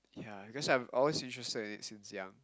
ya because I'm always interested in it since young